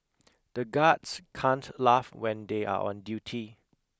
the guards can't laugh when they are on duty